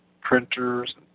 printers